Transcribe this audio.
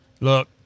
Look